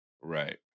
Right